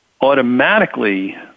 automatically